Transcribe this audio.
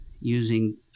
using